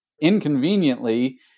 inconveniently